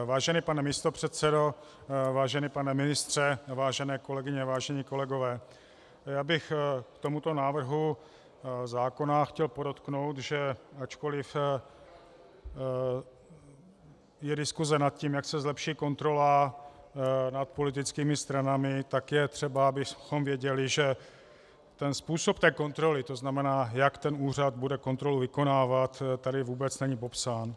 Vážený pane místopředsedo, vážený pane ministře, vážené kolegyně, vážení kolegové, já bych k tomuto návrhu zákona chtěl podotknout, že ačkoliv je diskuse nad tím, jak se zlepší kontrola nad politickými stranami, tak je třeba, abychom věděli, že způsob kontroly, to znamená, jak ten úřad bude kontrolu vykonávat, tady vůbec není popsán.